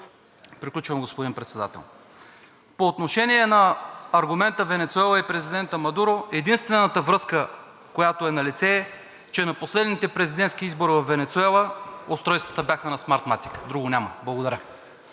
Приключвам, господин Председател. По отношение на аргумента Венецуела и президента Мадуро – единствената връзка, която е налице, че на последните президентски избори във Венецуела устройствата бяха на „Смартматик“. Друго няма. Благодаря.